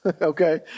Okay